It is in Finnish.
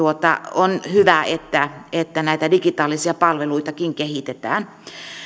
on hyvä että että näitä digitaalisiakin palveluita kehitetään